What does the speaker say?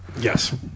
Yes